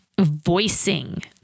voicing